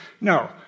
No